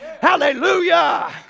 Hallelujah